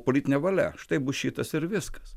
politinė valia štai bus šitas ir viskas